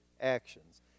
actions